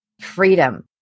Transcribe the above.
Freedom